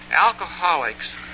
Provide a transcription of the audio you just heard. alcoholics